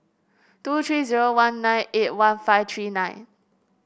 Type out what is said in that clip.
two three zero one nine eight one five three nine